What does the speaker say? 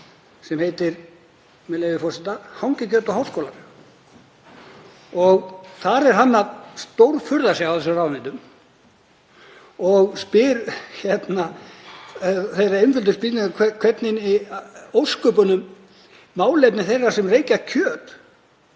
sem heitir, með leyfi forseta, „Hangikjöt og háskólar“. Þar er hann að stórfurða sig á þessum ráðuneytum og spyr þeirrar einföldu spurningar hvernig í ósköpunum málefni þeirra sem reykja kjöt